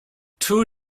two